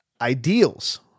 ideals